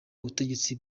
ubutegetsi